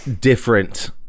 different